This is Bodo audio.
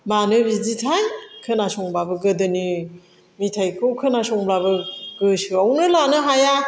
मानो बिदिथाय खोनासंबाबो गोदोनि मेथाइखौ खोनासंब्लाबो गोसोआवनो लानो हाया